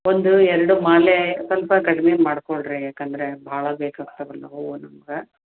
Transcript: ಒಂದು ಎರಡು ಮಾಲೆ ಸ್ವಲ್ಪ ಕಡಿಮೆ ಮಾಡಿಕೊಡಿ ರೀ ಯಾಕಂದರೆ ಭಾಳ ಬೇಕಾಗ್ತವಲ್ಲ ಹೂವು ನಮ್ಗೆ